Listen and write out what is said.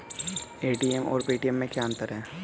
ATM और Paytm में क्या अंतर है?